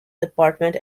department